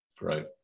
right